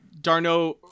Darno